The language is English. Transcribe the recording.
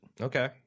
Okay